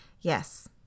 Yes